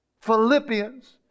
Philippians